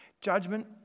judgment